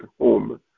home